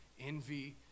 envy